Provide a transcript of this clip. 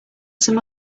some